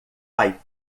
pai